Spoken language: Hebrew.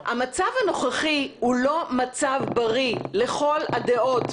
המצב הנוכחי הוא לא מצב בריא לכל הדעות,